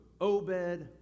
Obed